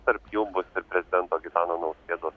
tarp jų bus ir prezidento gitano nausėdos